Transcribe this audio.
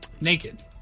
Naked